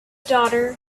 daughter